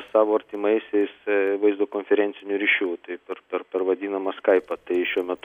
savo artimaisiais vaizdo konferenciniu ryšiu tai per per per vadinamą skaipą tai šiuo met